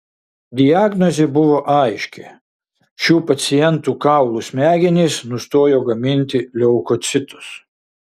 diagnozė buvo aiški šių pacientų kaulų smegenys nustojo gaminti leukocitus